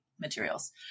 materials